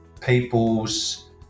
people's